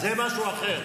זה משהו אחר.